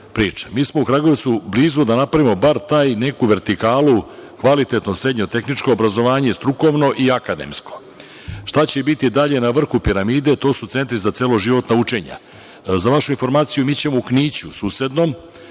smo u Kragujevcu blizu da napravimo tu neku vertikalu kvalitetnog srednjeg tehničkog obrazovanja, strukovnog i akademskog. Šta će biti dalje na vrhu piramide? To su centri za celoživotna učenja. Za vašu informaciju, mi ćemo u Kniću, susednom,